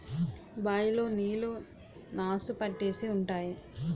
bye లో నీళ్లు నాసు పట్టేసి ఉంటాయి